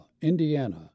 Indiana